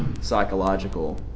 psychological